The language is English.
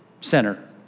center